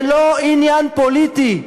זה לא עניין פוליטי.